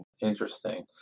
Interesting